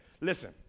listen